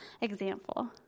example